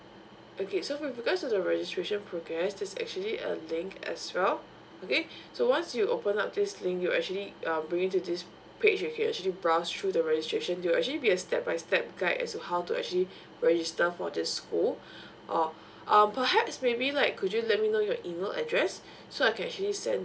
okay so with regards to the registration progress there's actually a link as well okay so once you open up this link you actually um bring you to this page where you can actually browse through the registration there'll actually be a step by step guide as to how to actually register for the school um err perhaps maybe like could you let me know your email address so I can actually send